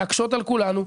להקשות על כולנו,